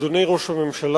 אדוני ראש הממשלה,